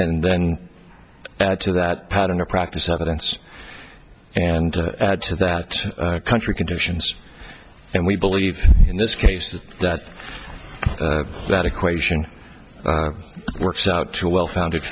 and then add to that pattern or practice evidence and add to that country conditions and we believe in this case is that that equation works out to a well founded